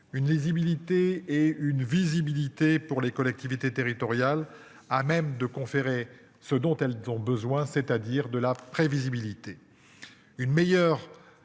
Une lisibilité et une visibilité pour les collectivités territoriales à même de conférer ce dont elles ont besoin, c'est-à-dire de la prévisibilité.